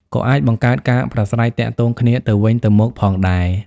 ក៏អាចបង្កើតការប្រាស្រ័យទាក់ទងគ្នាទៅវិញទៅមកផងដែរ។